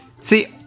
see